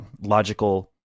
logical